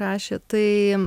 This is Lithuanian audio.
rašė tai